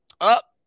up